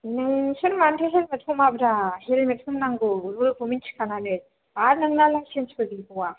नोंसोर मानोथो हेल्मेट हमाब्रा हेल्मेट हमनांगौ रुलखौ मिनथिखानानै आर नोंना लाइसेन्सबो गैबावा